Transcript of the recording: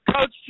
Coach